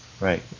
Right